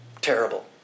terrible